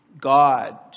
God